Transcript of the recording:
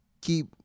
keep